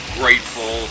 grateful